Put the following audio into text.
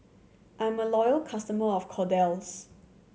I'm a loyal customer of Kordel's